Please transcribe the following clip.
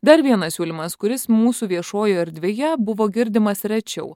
dar vienas siūlymas kuris mūsų viešojoje erdvėje buvo girdimas rečiau